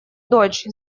дочь